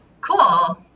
cool